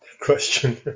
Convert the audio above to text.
question